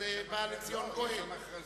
אז בא לציון גואל,